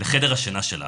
לחדר השינה שלך.